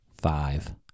five